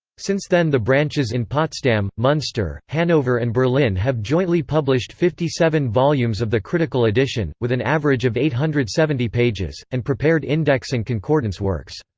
since then the branches in potsdam, munster, hanover and berlin have jointly published fifty seven volumes of the critical edition, with an average of eight hundred and seventy pages, and prepared index and concordance works.